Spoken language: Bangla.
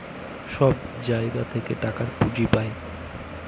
সব জায়গা থেকে টাকার পুঁজি পাই